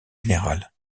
général